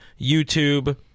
YouTube